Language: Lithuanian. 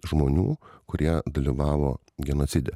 žmonių kurie dalyvavo genocide